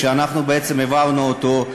שאנחנו בעצם העברנו אותו,